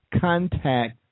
Contact